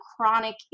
chronic